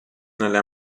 nelle